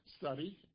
study